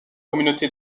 communauté